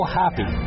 happy